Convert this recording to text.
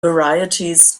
varieties